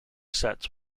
sets